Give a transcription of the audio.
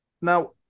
Now